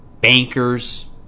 bankers